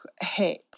hit